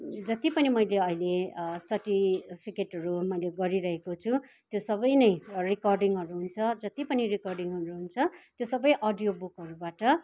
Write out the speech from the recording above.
जति पनि मैले अहिले सर्टिफिकेटहरू मैले गरिरहेको छु त्यो सबै नै रिकर्डिङहरू हुन्छ जति पनि रिकर्डिङहरू हुन्छ त्यो सबै अडियो बुकहरूबाट